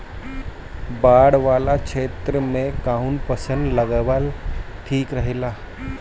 बाढ़ वाला क्षेत्र में कउन फसल लगावल ठिक रहेला?